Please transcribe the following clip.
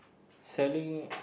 selling